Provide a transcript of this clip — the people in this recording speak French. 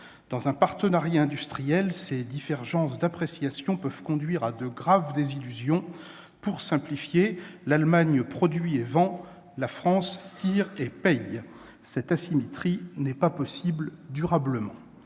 Dans un partenariat industriel, ces divergences d'appréciation peuvent conduire à de graves désillusions. Pour simplifier, l'Allemagne produit et vend, tandis que la France tire et paye ! Cette asymétrie n'est pas viable durablement.